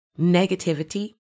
negativity